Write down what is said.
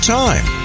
time